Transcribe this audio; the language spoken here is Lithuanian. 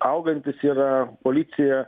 augantis yra policija